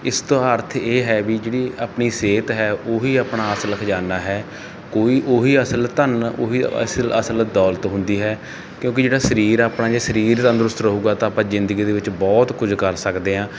ਇਸ ਤੋਂ ਅਰਥ ਇਹ ਹੈ ਵੀ ਜਿਹੜੀ ਆਪਣੀ ਸਿਹਤ ਹੈ ਉਹੀ ਆਪਣਾ ਅਸਲ ਖਜ਼ਾਨਾ ਹੈ ਕੋਈ ਉਹੀ ਅਸਲ ਧਨ ਉਹੀ ਅਸਲ ਅਸਲ ਦੌਲਤ ਹੁੰਦੀ ਹੈ ਕਿਉਂਕੀ ਜਿਹੜਾ ਸਰੀਰ ਹੈ ਆਪਣਾ ਜੇ ਸਰੀਰ ਤੰਦਰੁਸਤ ਰਹੂਗਾ ਤਾਂ ਆਪਾਂ ਜ਼ਿੰਦਗੀ ਦੇ ਵਿੱਚ ਬਹੁਤ ਕੁਝ ਕਰ ਸਕਦੇ ਹਾਂ